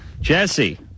Jesse